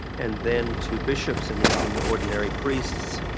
and then to bishops and even ordinary priests.